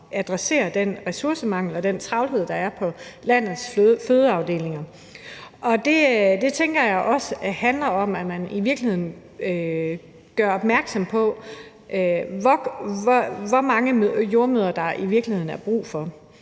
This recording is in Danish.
at adressere den ressourcemangel og den travlhed, der er på landets fødeafdelinger, og det tænker jeg også handler om, at man gør opmærksom på, hvor mange jordemødre der i